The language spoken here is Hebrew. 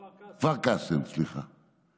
כפר קאסם, סליחה.